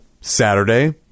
Saturday